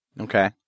Okay